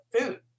food